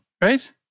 right